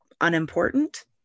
unimportant